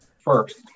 First